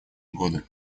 годы